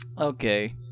okay